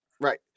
Right